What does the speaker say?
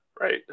Right